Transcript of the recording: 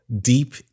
deep